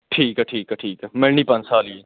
ਠੀਕ ਹੈ ਠੀਕ ਹੈ ਠੀਕ ਹੈ ਮਿਲਣੀ ਪੰਜ ਸਾਲ ਹੀ ਹੈ